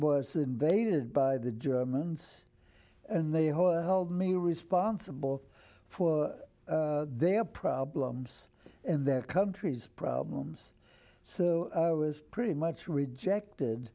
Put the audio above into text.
was invaded by the germans and the whole hold me responsible for their problems and their country's problems so i was pretty much rejected